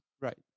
right